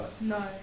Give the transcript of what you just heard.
No